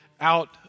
out